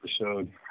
episode